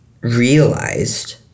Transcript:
realized